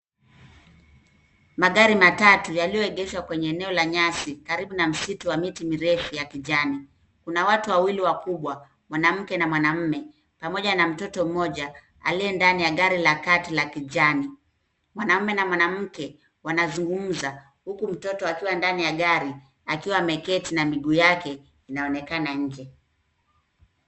Magari matatu yaliyoegeshwa kwenye eneo la nyasi karibu na msitu wa miti mirefu ya kijani. Kuna watu wawili wakubwa ,mwanamke na mwanaume pamoja na mtoto mmoja aliye ndani ya gari la kati la kijani. Mwanaume na mwanamke wanazungumza huku mtoto akiwa ndani ya gari akiwa ameketi na miguu yake inaonekana nje.